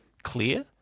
clear